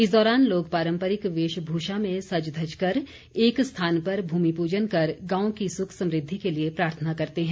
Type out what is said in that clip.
इस दौरान लोग पारंपरिक वेशभूषा में सजधज कर एक स्थान पर भूमि पूजन कर गांव की सुख समृद्धि के लिए प्रार्थना करते है